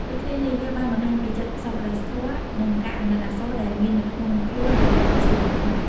ដូចគ្នានេះ វាបានបង្ហាញពីចិត្តសប្បុរសធម៌ និងការអាណិតអាសូរដែលមាននៅក្នុងខ្លួនរបស់ប្រជាជនខ្មែរ។